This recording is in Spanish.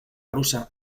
rusa